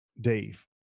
Dave